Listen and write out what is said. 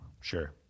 Sure